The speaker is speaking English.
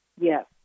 Yes